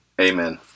Amen